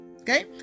Okay